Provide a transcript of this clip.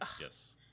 Yes